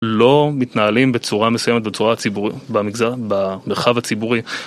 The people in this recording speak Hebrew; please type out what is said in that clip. לא מתנהלים בצורה מסויימת בצורה הציבורית, במרחב הציבורי.